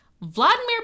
Vladimir